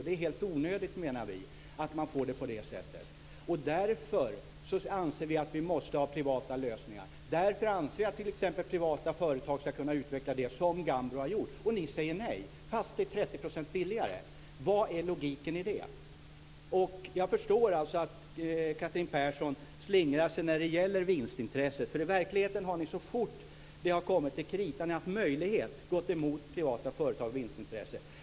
Det är helt onödigt, menar vi, att det blir på det här sättet. Därför anser vi att det behövs privata lösningar och därför anser vi att t.ex. privata företag ska kunna utveckla det som Gambro har gjort. Men ni säger nej fastän det är 30 % billigare. Vad är logiken i det? Jag förstår att Catherine Persson slingrar sig när det gäller vinstintresset. I verkligheten har ni så fort det kommer till kritan, så fort ni haft möjlighet, gått emot privata företag och vinstintresset.